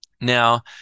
Now